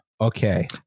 okay